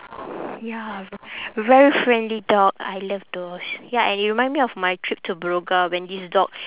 ya very friendly dog I love those ya and it remind me of my trip to broga when this dog